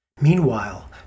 Meanwhile